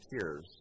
tears